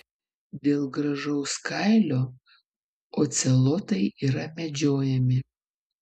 dėl gražaus kailio ocelotai yra medžiojami